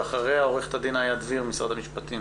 ואחריה עו"ד איה דביר ממשרד המשפטים.